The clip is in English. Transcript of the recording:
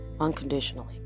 unconditionally